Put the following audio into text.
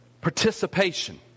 participation